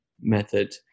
method